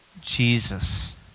Jesus